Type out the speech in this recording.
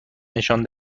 نشان